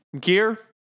gear